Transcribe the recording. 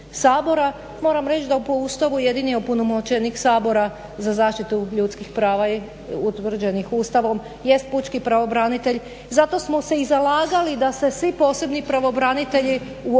Moram reći da po Ustavu jedini opunomoćenik Sabora za zaštitu ljudskih prava utvrđenih Ustavom jest pučki pravobranitelj. Zato smo se i zalagali da se svi posebni pravobranitelji